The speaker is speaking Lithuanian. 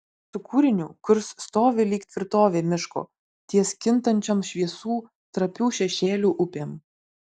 su kūriniu kurs stovi lyg tvirtovė miško ties kintančiom šviesų trapių šešėlių upėm